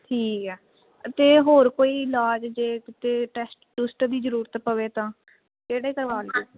ਠੀਕ ਆ ਅਤੇ ਹੋਰ ਕੋਈ ਇਲਾਜ ਜੇ ਕਿਤੇ ਟੈਸਟ ਟੁਸਟ ਦੀ ਜ਼ਰੂਰਤ ਪਵੇ ਤਾਂ ਕਿਹੜੇ ਕਰਵਾ ਲਈਏ